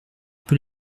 peu